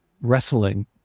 wrestling